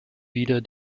wieder